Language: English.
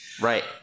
Right